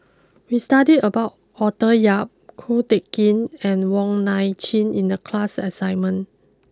we studied about Arthur Yap Ko Teck Kin and Wong Nai Chin in the class assignment